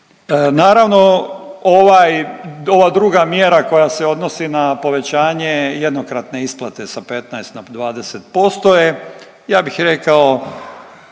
Naravno ova druga mjera koja se odnosi na povećanje jednokratne isplate sa 15 na 20% je ja bih rekao